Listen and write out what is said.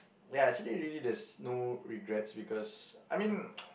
ya actually really there's no regrets because I mean